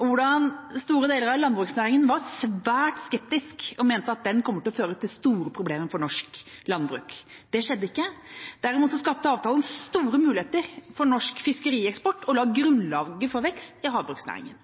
og hvordan store deler av landbruksnæringa var svært skeptisk og mente at den kom til å føre til store problemer for norsk landbruk? Det skjedde ikke. Derimot skapte avtalen store muligheter for norsk fiskerieksport og la grunnlaget for vekst i havbruksnæringa.